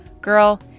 Girl